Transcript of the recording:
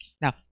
Now